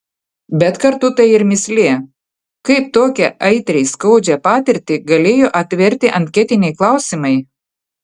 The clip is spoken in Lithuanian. bet kartu tai ir mįslė kaip tokią aitriai skaudžią patirtį galėjo atverti anketiniai klausimai